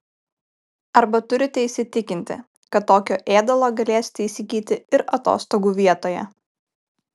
arba turite įsitikinti kad tokio ėdalo galėsite įsigyti ir atostogų vietoje